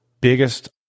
biggest